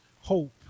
hope